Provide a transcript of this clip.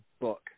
book